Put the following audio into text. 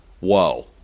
Whoa